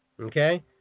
Okay